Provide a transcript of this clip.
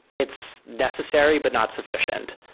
it's necessary but not sufficient.